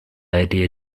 idea